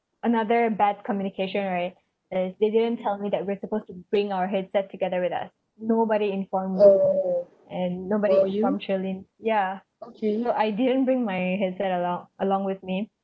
another bad communication right is they didn't tell me that we're supposed to bring our headset together with us nobody inform us and nobody inform shirlyn yeah you know I didn't bring my headset alo~ along with me